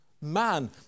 man